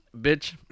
bitch